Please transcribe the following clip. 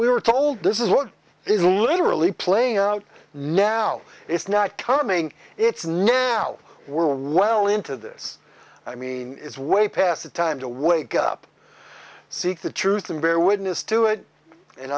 we were told this is what is literally playing out now it's not coming it's now we're while into this i mean it's way past the time to wake up seek the truth and bear witness to it